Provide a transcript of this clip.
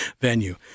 venue